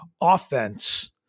offense